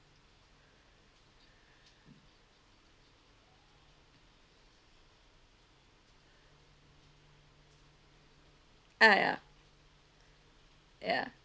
ah ya ya